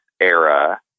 era